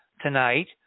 tonight